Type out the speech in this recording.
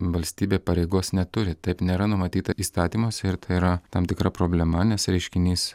valstybė pareigos neturi taip nėra numatyta įstatymuose ir tai yra tam tikra problema nes reiškinys